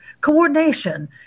coordination